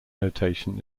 notation